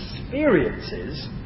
experiences